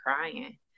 crying